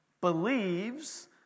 believes